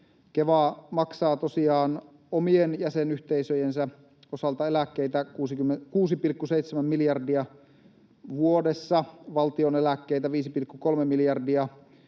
Keva maksaa tosiaan omien jäsenyhteisöjensä osalta eläkkeitä 6,7 miljardia vuodessa, valtion eläkkeitä 5,3 miljardia ja